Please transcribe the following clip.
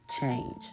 change